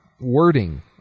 wording